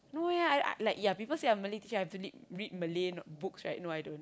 no eh I I like yeah because you're Malay teacher have to lead read Malay not books right no I don't